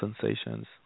sensations